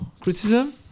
criticism